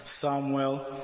Samuel